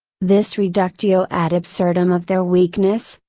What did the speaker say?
this reductio ad absurdum of their weakness,